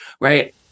right